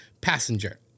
passenger